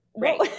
Right